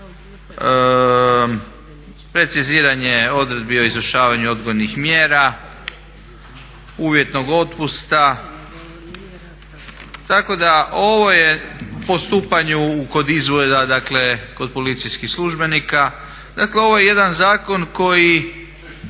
preciziranje odredbi o izvršavanju odgojnih mjera, uvjetnog otpusta. Tako da ovo je postupanje kod …/Govornik se ne razumije./… kod policijskih službenika. Dakle ovo je jedna zakon koji